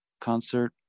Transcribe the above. concert